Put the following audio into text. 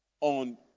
on